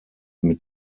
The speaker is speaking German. mit